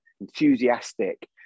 enthusiastic